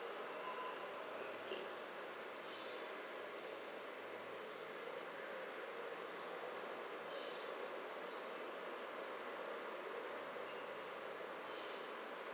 okay